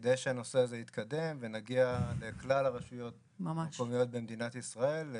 כדי שהנושא הזה יתקדם ונגיד לכלל הרשויות המקומיות במדינת ישראל.